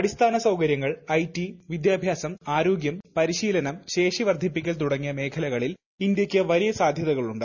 അടിസ്ഥാന സൌകര്യങ്ങൾ ഐടി വിദ്യാഭ്യാസം ആരോഗ്യം പരിശീലനം ശേഷി വർദ്ധിപ്പിക്കൽ തുടങ്ങിയ മേഖലകളിൽ ഇന്ത്യയ്ക്ക് വലിയ സാധ്യതകളുണ്ട്